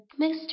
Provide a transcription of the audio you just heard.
mr